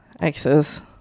exes